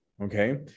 Okay